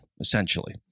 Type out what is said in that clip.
essentially